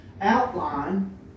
outline